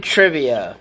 Trivia